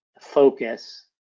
focus